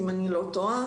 אם אני לא טועה,